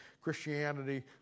Christianity